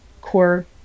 core